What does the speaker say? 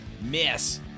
miss